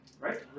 Right